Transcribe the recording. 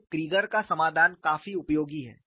तो क्रीगर का समाधान काफी उपयोगी है